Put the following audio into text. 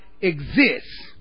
exists